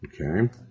Okay